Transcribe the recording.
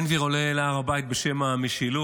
בן גביר עולה להר הבית בשם המשילות,